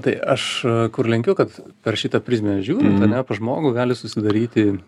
tai aš kur lenkiu kad per šitą prizmę žiūrint ane pas žmogų gali susidaryti